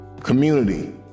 community